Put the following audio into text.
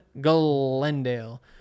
Glendale